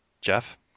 Jeff